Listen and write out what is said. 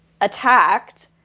attacked